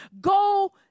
go